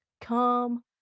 calm